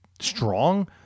strong